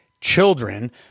children